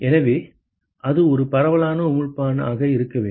எனவே அது ஒரு பரவலான உமிழ்ப்பான் ஆக இருக்க வேண்டும்